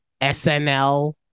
SNL